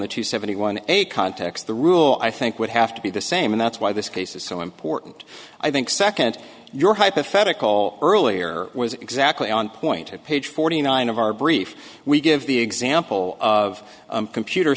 the two seventy one a context the rule i think would have to be the same and that's why this case is so important i think second your hypothetical earlier was exactly on point at page forty nine of our brief we give the example of computer